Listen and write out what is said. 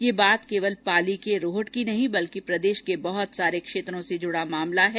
ये बात केवल पाली के रोहट की नहीं बल्कि प्रदेश के बहुत सारे क्षेत्रों से जुडा मामला है